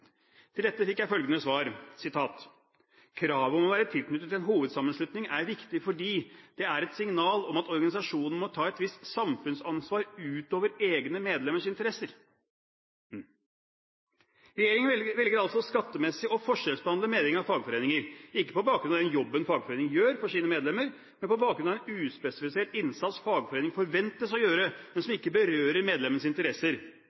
Til dette fikk jeg følgende svar: «Kravet om å være tilknyttet en hovedsammenslutning er viktig fordi det er et signal om at organisasjonen må ta et visst samfunnsansvar utover egne medlemmers interesser.» Hmm … Regjeringen velger altså skattemessig å forskjellsbehandle medlemmer av fagforeninger, ikke på bakgrunn av den jobben fagforeningen gjør for sine medlemmer, men på bakgrunn av en uspesifisert innsats fagforeningen forventes å gjøre, men som ikke berører medlemmenes interesser.